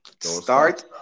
Start